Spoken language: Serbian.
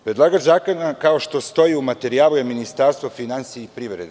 Predlagač zakona, kao što stoji u materijalu je Ministarstvo finansija i privrede.